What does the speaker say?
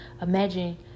Imagine